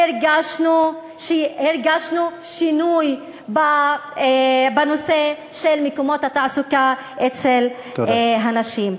הרגשנו שינוי בנושא של מקומות התעסוקה אצל הנשים.